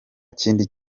kindi